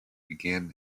began